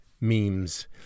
memes